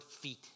feet